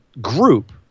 group